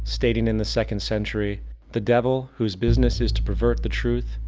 stating in the second century the devil, whose business is to pervert the truth,